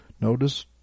Notice